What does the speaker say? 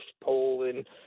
Poland